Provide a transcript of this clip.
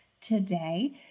today